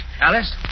Alice